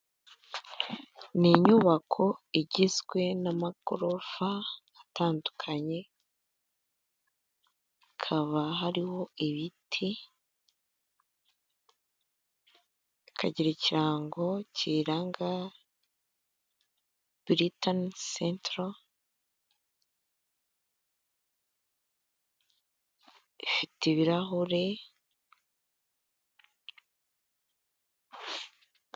Ni inyubako igizwe n'amagorofa atandukanye hakaba hariho ibiti, ikirango kiyiranga buritani sentoro ifite ibirahure.